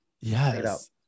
Yes